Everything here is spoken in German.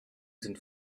sind